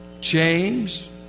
James